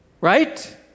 Right